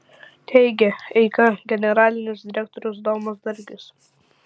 teigia eika generalinis direktorius domas dargis